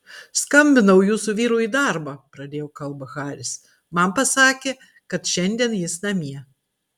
skambinau jūsų vyrui į darbą pradėjo kalbą haris man pasakė kad šiandien jis namie